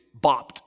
bopped